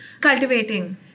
cultivating